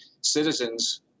citizens